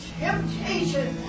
temptation